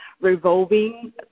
revolving